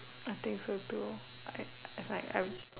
nothing to do I I it's like I